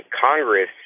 Congress